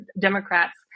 Democrats